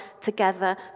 together